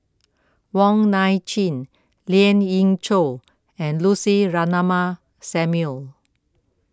Wong Nai Chin Lien Ying Chow and Lucy Ratnammah Samuel